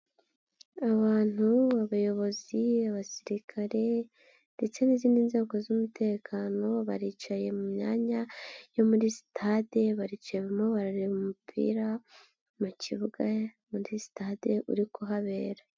Abantu, abayobozi, abasirikare ndetse n'izindi nzego z'umutekano, baricaye mu myanya yo muri sitade, baricamo barareba umupira mu kibuga muri sitade uri kuhabera.